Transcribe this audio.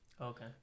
Okay